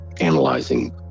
analyzing